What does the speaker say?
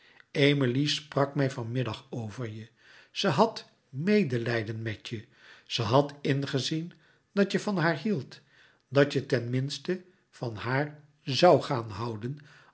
emilie sprak mij van middag over je ze had medelijden met je ze had ingezien dat je van haar hield dat je ten minste van haar zoû gaan houden